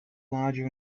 larger